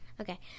Okay